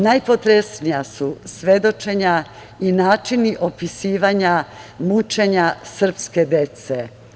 Najpotresnija su svedočenja i načini opisivanja mučenja srpske dece.